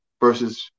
versus